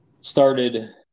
started